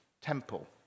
temple